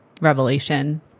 revelation